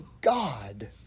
God